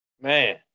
Man